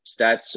stats